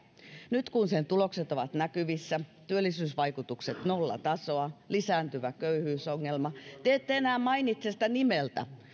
nyt kun sen tulokset ovat näkyvissä työllisyysvaikutukset nollatasoa on lisääntyvä köyhyysongelma te ette enää mainitse sitä nimeltä